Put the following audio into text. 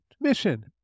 Mission